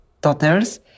daughters